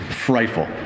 Frightful